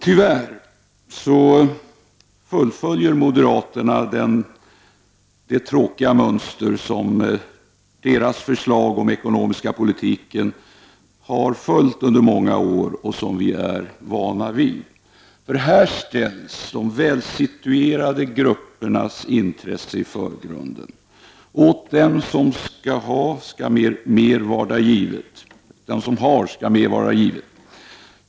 Tyvärr fullföljer moderaterna det tråkiga mönster som deras förslag om den ekonomiska politiken har följt under många år och som vi är vana vid. Här ställs de välsituerade gruppernas intresse i förgrunden. Den som haver, honom skall varda givet.